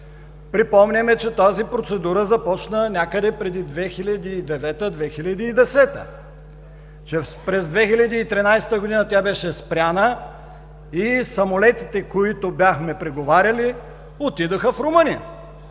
Припомням, че тази процедура започна някъде през 2009 – 2010 г. През 2013 г. тя беше спряна и самолетите, които бяхме преговаряли, отидоха в Румъния.